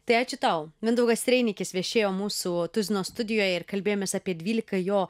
tai ačiū tau mindaugas reinikis viešėjo mūsų tuzino studijoje ir kalbėjomės apie dvylika jo